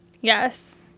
Yes